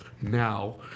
now